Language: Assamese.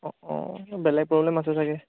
অঁ অঁ বেলেগ প্ৰব্লেম আছে চাগৈ